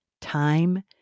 time